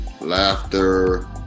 laughter